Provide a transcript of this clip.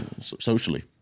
socially